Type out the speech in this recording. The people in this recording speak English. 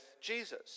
Jesus